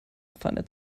pfanne